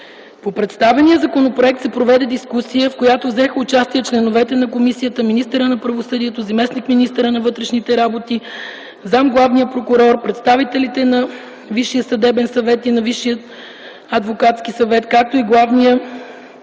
По представения законопроект се проведе дискусия, в която взеха участие членовете на комисията, министърът на правосъдието, заместник-министърът на вътрешните работи, заместник-главният прокурор, представителите на Висшия съдебен съвет и на Висшия адвокатски съвет, както и главният